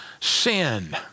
sin